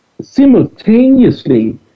simultaneously